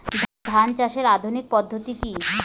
ধান চাষের আধুনিক পদ্ধতি কি?